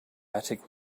attic